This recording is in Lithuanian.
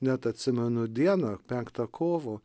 net atsimenu dieną penktą kovo